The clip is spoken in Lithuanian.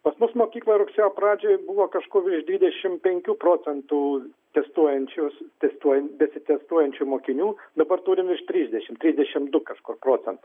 pas mus mokykloj rugsėjo pradžioj buvo kažkur virš dvidešimt penkių procentų testuojančius testuojan besitestuojančių mokinių dabar turim virš trisdešimt trisdešimt du kažkur procentų